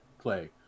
play